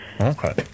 Okay